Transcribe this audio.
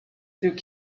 through